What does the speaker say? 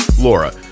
Laura